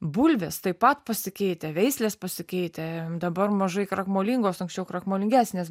bulvės taip pat pasikeitė veislės pasikeitė dabar mažai krakmolingos anksčiau krakmolingesnės